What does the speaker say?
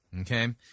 okay